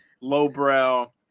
lowbrow